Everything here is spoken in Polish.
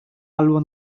albo